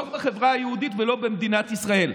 לא בחברה היהודית ולא במדינת ישראל.